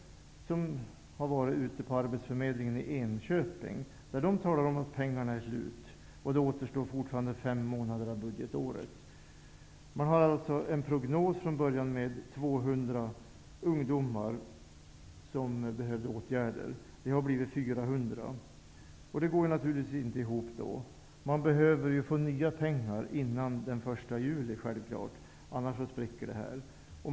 Man har från tidningen varit på arbetsförmedlingen i Enköping, där man säger att pengarna är slut när det fortfarande återstår fem månader av budgetåret. Man hade från början en prognos som innefattade 200 ungdomar som behövde bli föremål för åtgärder. Det har blivit 400. Det går naturligtvis inte ihop. Arbetsförmedlingen behöver självfallet nya pengar före den 1 juli, annars spricker detta.